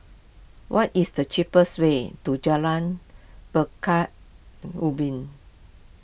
what is the cheapest way to Jalan Pekan Ubin